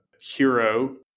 hero